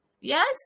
Yes